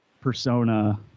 persona